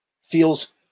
feels